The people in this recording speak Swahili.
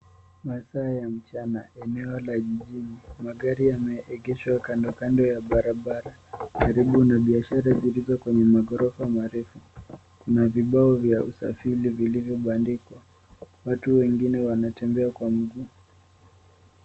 Masaa ya mchana eneo la jijini. Magari yameegeshwa kando kando ya barabara karibu na biashara zilizo kwenye maghorofa marefu. Kuna vibao vya usafiri vilivyobandikwa. Watu wengine wanatembea kwa mguu.